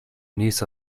niece